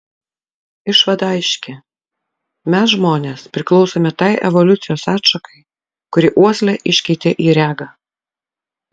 išvada aiški mes žmonės priklausome tai evoliucijos atšakai kuri uoslę iškeitė į regą